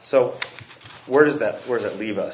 so where does that work that leave us